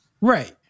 Right